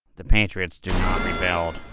the patriots do not rebuild.